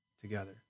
together